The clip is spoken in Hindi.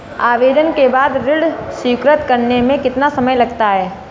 आवेदन के बाद ऋण स्वीकृत करने में कितना समय लगता है?